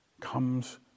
comes